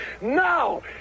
Now